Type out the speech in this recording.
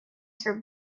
through